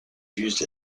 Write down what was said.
used